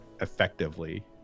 effectively